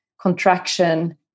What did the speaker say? contraction